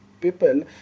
people